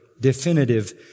definitive